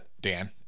Dan